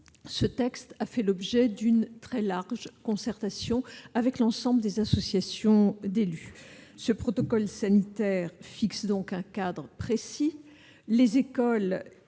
Ce texte a fait l'objet d'une très large concertation avec l'ensemble des associations d'élus. Ce protocole sanitaire fixe donc un cadre précis : les écoles